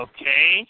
Okay